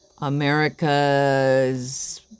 America's